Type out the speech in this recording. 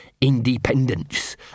independence